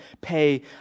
pay